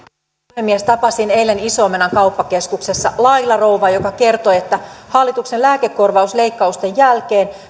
puhemies tapasin eilen ison omenan kauppakeskuksessa laila rouvan joka kertoi että hallituksen lääkekorvausleikkausten jälkeen